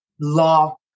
law